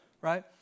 right